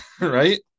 right